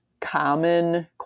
common